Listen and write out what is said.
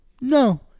no